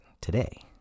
today